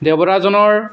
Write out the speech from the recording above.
দেৱতাজনৰ